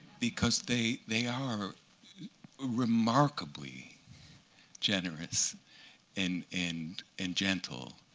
because they they are remarkably generous and and and gentle,